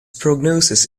prognosis